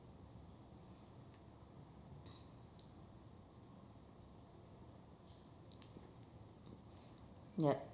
ya